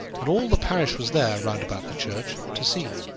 and all the parish was there, round about the church, to see.